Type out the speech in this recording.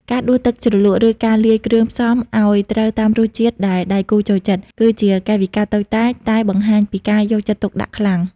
ការដួសទឹកជ្រលក់ ឬការលាយគ្រឿងផ្សំឱ្យត្រូវតាមរសជាតិដែលដៃគូចូលចិត្ត គឺជាកាយវិការតូចតាចតែបង្ហាញពីការយកចិត្តទុកដាក់យ៉ាងខ្លាំង។